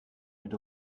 mit